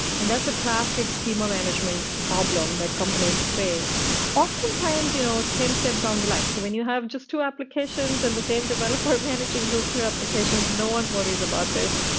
and that's a classic schema management problem that companies face often times you know ten steps down the line. so when you have just two applications and the same developer managing those two applications, no one worries about this.